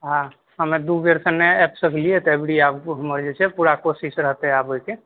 हमे दू बेरसॅं नहि आबि सकलियै त अबरी आब हमर जे छै पूरा कोशिश रहतै आबयके